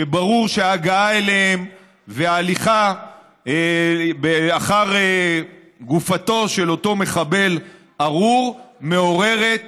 ברור שהגעה אליהן והליכה אחר גופתו של אותו מחבל ארור מעוררות